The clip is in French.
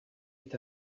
est